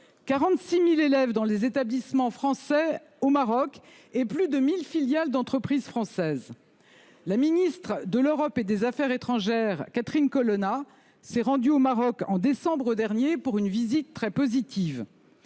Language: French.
46 000 élèves dans les établissements français au Maroc et plus de 1 000 filiales d'entreprises françaises. La ministre de l'Europe et des affaires étrangères, Catherine Colonna, s'est rendue au Maroc au mois de décembre dernier pour une visite qui a été très positive.